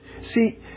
see